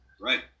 Right